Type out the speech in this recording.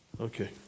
Okay